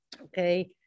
okay